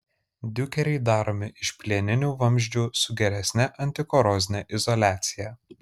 diukeriai daromi iš plieninių vamzdžių su geresne antikorozine izoliacija